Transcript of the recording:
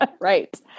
Right